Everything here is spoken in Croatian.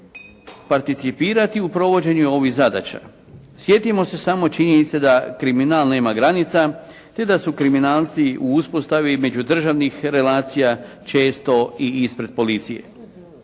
participirati u provođenju ovih zadaća. Sjetimo se samo činjenice da kriminal nema granica, te da su kriminalci u uspostavi međudržavnih relacija često i ispred policije.